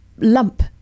lump